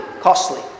costly